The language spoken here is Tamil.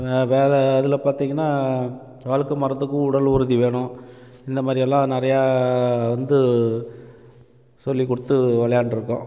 வேறே அதில் பார்த்திங்கனா வழுக்கு மரத்துக்கும் உடல் உறுதி வேணும் இந்த மாதிரியெல்லான் நிறையா வந்து சொல்லி கொடுத்து விளையாண்ட்ருக்கோம்